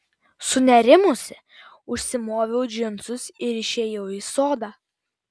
sunerimusi užsimoviau džinsus ir išėjau į sodą